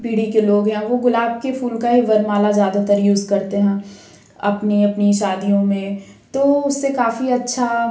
पीढ़ी के लोग हैं वो गुलाब के फूल का ही वरमाला ज़्यादातर यूज़ करते हैं अपनी अपनी शादियों में तो उससे काफ़ी अच्छा